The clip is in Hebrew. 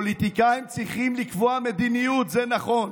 פוליטיקאים צריכים לקבוע מדיניות, זה נכון.